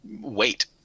wait